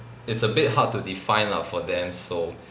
it's a bit hard to define lah for them so